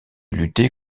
lutter